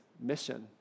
mission